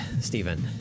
Stephen